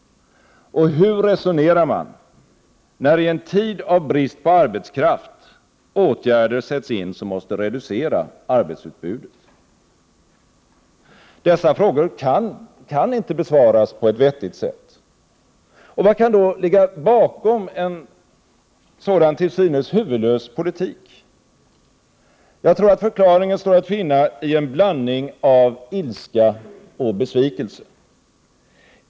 Hur resonerar man, när i en tid av brist på arbetskraft åtgärder sätts in som måste reducera arbetsutbudet? Dessa frågor kan inte besvaras på ett vettigt sätt. Vad kan då ligga bakom en sådan till synes huvudlös politik? Jag tror att förklaringen står att finna i en blandning av ilska och besvikelse.